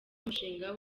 umushinga